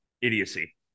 idiocy